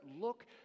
look